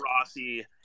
Rossi